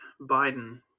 Biden